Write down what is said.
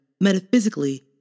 metaphysically